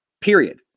period